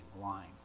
line